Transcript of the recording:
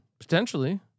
Potentially